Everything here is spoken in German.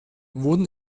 wurden